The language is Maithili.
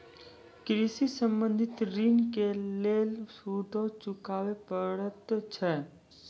कृषि संबंधी ॠण के लेल सूदो चुकावे पड़त छै?